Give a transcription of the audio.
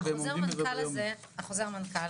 החוזר מנכ"ל,